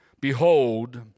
behold